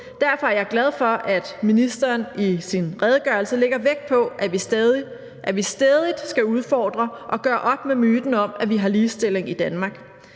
Derfor er jeg glad for, at ministeren i sin redegørelse lægger vægt på, at vi stædigt skal udfordre og gøre op med myten om, at vi har ligestilling i Danmark.